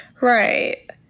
Right